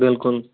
بِلکُل